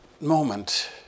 moment